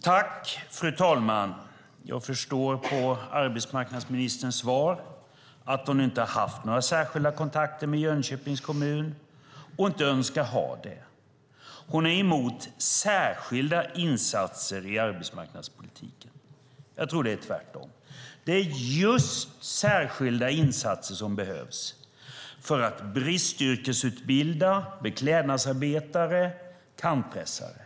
Fru talman! Jag förstår av arbetsmarknadsministerns svar att hon inte haft några särskilda kontakter med Jönköpings kommun och inte heller önskar ha det. Hon är emot särskilda insatser i arbetsmarknadspolitiken. Jag tror att det borde vara tvärtom. Det är just särskilda insatser som behövs för att bristyrkesutbilda beklädnadsarbetare och kantpressare.